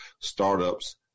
startups